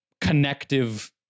connective